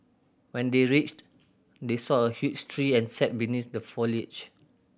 when they reached they saw a huge tree and sat beneath the foliage